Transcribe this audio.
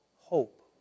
hope